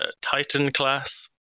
Titan-class